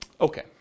Okay